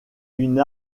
une